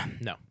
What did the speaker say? No